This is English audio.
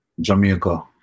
Jamaica